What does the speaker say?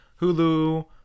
hulu